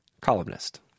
columnist